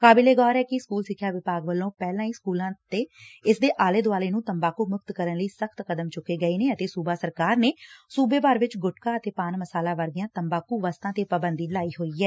ਕਾਬਿਲੇਗੌਰ ਏ ਕਿ ਸਕੁਲ ਸਿੱਖਿਆ ਵਿਭਾਗ ਵੱਲੋਂ ਪਹਿਲਾਂ ਹੀ ਸਕੁਲਾਂ ਅਤੇ ਇਸ ਦੇ ਅਲੇ ਦੁਆਲੇ ਨੂੰ ਤੰਬਾਕੁ ਮੁਕਤ ਕਰਨ ਲਈ ਸਖ਼ਤ ਕਦਮ ਚੁੱਕੇ ਗਏ ਨੇ ਅਤੇ ਸੂਬਾ ਸਰਕਾਰ ਨੇ ਸੂਬੇ ਭਰ ਵਿੱਚ ਗੁਟਕਾ ਅਤੇ ਪਾਨ ਮਸਾਲਾ ਵਰਗੀਆਂ ਤੰਬਾਕੂ ਵਸਤਾਂ ਤੇ ਪਾਬੰਦੀ ਲਾਈ ਹੋਈ ਏ